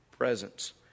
presence